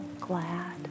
glad